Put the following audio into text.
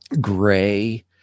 gray